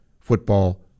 football